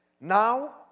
Now